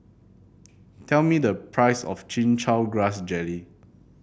tell me the price of Chin Chow Grass Jelly